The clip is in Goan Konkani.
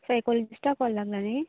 सायकोलाॅजिस्टाक काॅल लागला न्ही